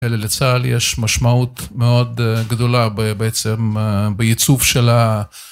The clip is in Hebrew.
אלה לצה״ל יש משמעות מאוד גדולה בעצם בייצוב של ה...